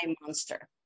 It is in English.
monster